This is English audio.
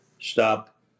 Stop